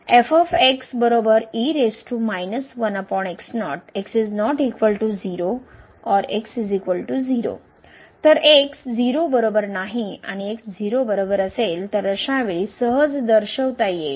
तर x 0 बरोबर नाही आणि x बरोबर 0 असेल तर अशा वेळी सहज दर्शवता येईल